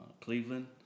Cleveland